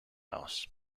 house